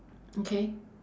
okay